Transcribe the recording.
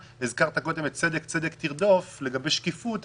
הזכרת קודם את צדק צדק תרדוף לגבי שקיפות.